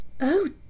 Oh